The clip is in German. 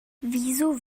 wieso